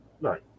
Right